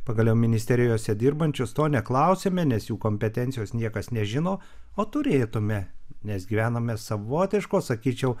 pagaliau ministerijose dirbančius to neklausiame nes jų kompetencijos niekas nežino o turėtume nes gyvename savotiško sakyčiau